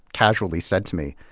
casually said to me,